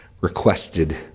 requested